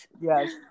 Yes